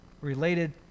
related